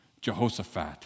Jehoshaphat